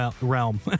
realm